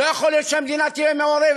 לא יכול להיות שהמדינה תהיה מעורבת,